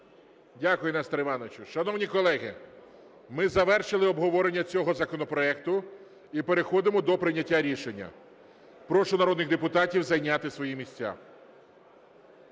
Дякую, Несторе Івановичу. Шановні колеги, ми завершили обговорення цього законопроекту і переходимо до прийняття рішення. Прошу народних депутатів зайняти свої місця.